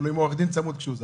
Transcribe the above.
אבל עם עורך דין צמוד כשהוא זז.